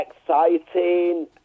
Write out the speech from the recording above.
exciting